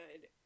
good